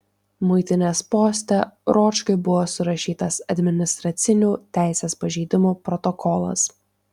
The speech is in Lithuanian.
muitinės poste ruočkui buvo surašytas administracinių teisės pažeidimų protokolas